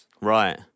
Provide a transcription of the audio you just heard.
Right